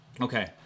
Okay